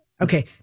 Okay